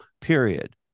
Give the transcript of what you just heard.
period